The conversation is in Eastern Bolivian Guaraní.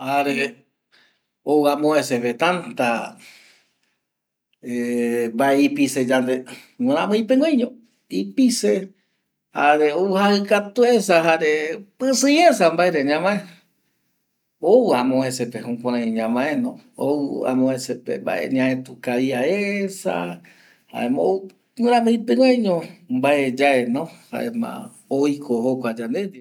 Jare ou amovecepe ou täta mbae ipise yande guɨiramɨipeguaiño ipise jare ou jajɨkatuesa jare pɨsɨiesa mbaere ñamae ou amovecepe jukurai ñamaeno ou amovecepe mbae ñaetu kavia esa jaema ou guɨramɨipeguaiño mbae yaeno jaema oiko jokua yande ndie